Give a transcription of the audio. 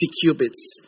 cubits